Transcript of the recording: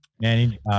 Manny